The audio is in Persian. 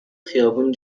خیابون